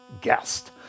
guest